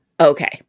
Okay